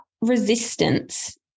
resistance